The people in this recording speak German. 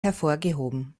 hervorgehoben